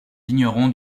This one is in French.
vigneron